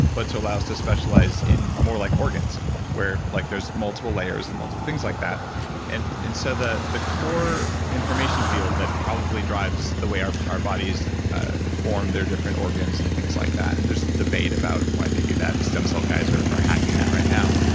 but to allow us to specialize more like organs where like there's multiple layers and multiple things like that and and so the the core information field that probably drive the way our our bodies form their different organs and things like that, and there's debate about why they do that. stem cell guys are are hacking that right now.